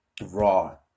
raw